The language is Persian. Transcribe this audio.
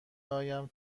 آیم